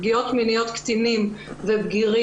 פגיעות מיניות של קטינים ובגירים,